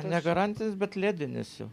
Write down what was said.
ne garantinis bet ledinis jau